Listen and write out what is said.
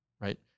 right